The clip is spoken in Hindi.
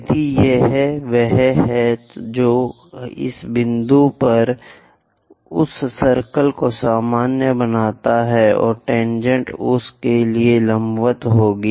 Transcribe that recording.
तो यह वह है जो इस बिंदु पर उस सर्कल को सामान्य बनाता है और टेनजेंट उस के लिए लंबवत होगी